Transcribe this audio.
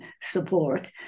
support